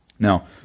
Now